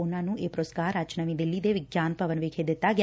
ਉਨਾਂ ਨੂੰ ਇਹ ਪੁਰਸਕਾਰ ਅੱਜ ਨਵੀ ਦਿੱਲੀ ਦੇ ਵਿਗਿਆਨ ਭਵਨ ਵਿਖੇ ਦਿੱਤਾ ਗਿਆ